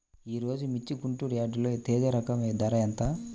ఈరోజు మిర్చి గుంటూరు యార్డులో తేజ రకం ధర ఎంత?